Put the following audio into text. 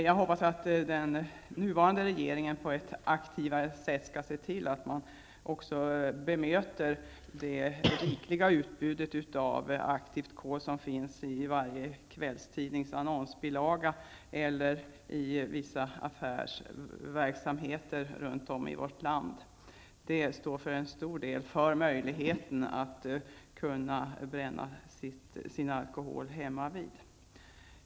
Jag hoppas att den nuvarande regeringen på ett aktivare sätt skall se till att bemöta det rikliga utbudet av aktivt kol, som finns i varje kvällstidnings annonsbilaga och i vissa affärsverksamheter runt om i vårt land. Detta står för en stor del av möjligheten att kunna bränna alkohol hemmavid.